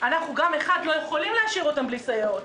שהוא יכול להשקיע בבנייה של מוסדות של משרד הרווחה.